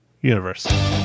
universe